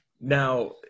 Now